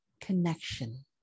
connection